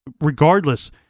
regardless